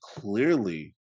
clearly